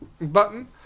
button